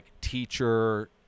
teacher